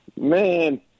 Man